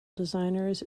designers